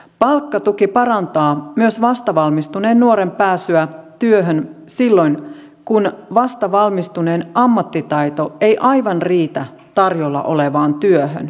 palkkatuki parantaa myös vastavalmistuneen nuoren pääsyä työhön silloin kun vastavalmistuneen ammattitaito ei aivan riitä tarjolla olevaan työhön